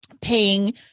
paying